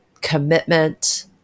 commitment